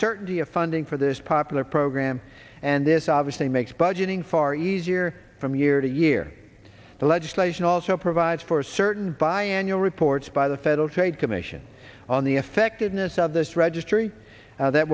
certainty of funding for this popular program and this obviously makes budgeting far easier from year to year the legislation also provides for certain by annual reports by the federal trade commission on the effectiveness of this registry that